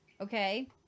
Okay